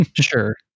Sure